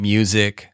Music